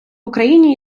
україні